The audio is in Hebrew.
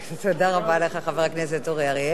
תודה רבה לך, חבר הכנסת אורי אריאל.